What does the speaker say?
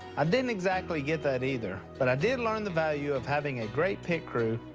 um didn't exactly get that, either. but i did learn the value of having a great pit crew.